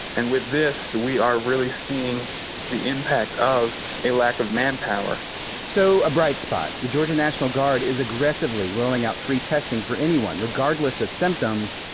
and with this, we are really seeing the impact of a lack of manpower so a bright spot the georgia national guard is aggressively rolling out free testing for anyone regardless of symptoms.